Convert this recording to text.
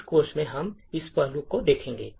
इस कोर्स में हम इस पहलू को देखेंगे